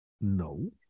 No